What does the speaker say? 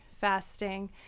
fasting